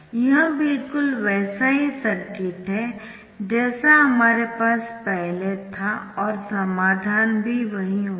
यह बिल्कुल वैसा ही सर्किट है जैसा हमारे पास पहले था और समाधान भी वही होगा